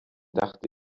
dachte